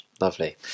lovely